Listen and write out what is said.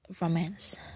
romance